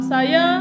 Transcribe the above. Saya